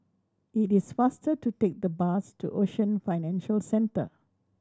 it is faster to take the bus to Ocean Financial Centre